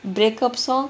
break up song